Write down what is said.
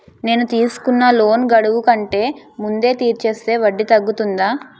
నేను తీసుకున్న లోన్ గడువు కంటే ముందే తీర్చేస్తే వడ్డీ తగ్గుతుందా?